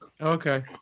okay